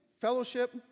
fellowship